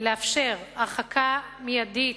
לאפשר הרחקה מיידית,